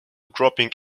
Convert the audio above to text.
dropping